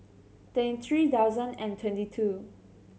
twenty three thousand and twenty two